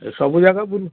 ଏ ସବୁ ଯାକ ବୁଲି